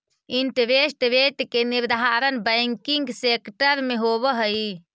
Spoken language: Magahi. इंटरेस्ट रेट के निर्धारण बैंकिंग सेक्टर में होवऽ हई